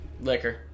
Liquor